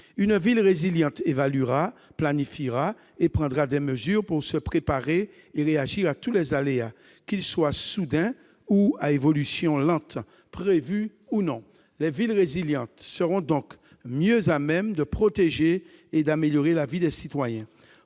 une ville résiliente évaluera, planifiera et prendra des mesures pour se préparer et réagir à tous les aléas, qu'ils soient soudains ou à évolution lente, prévus ou non. Les villes résilientes seront donc mieux à même de protéger et d'améliorer la vie des citoyens.